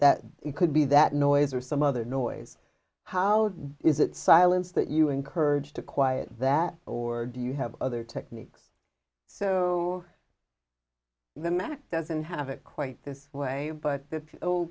that it could be that noise or some other noise how is it silence that you encourage to quiet that or do you have other techniques so the man doesn't have it quite this way but